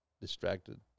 distracted